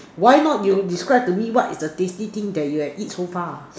why not you describe to me what is the tasty thing that you had eat so far